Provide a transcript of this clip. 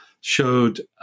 showed –